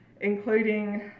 including